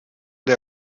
der